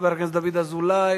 חבר הכנסת דוד אזולאי,